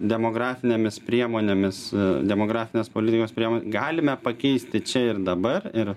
demografinėmis priemonėmis demografinės politikos priemon galime pakeisti čia ir dabar ir